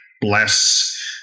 bless